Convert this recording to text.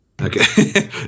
Okay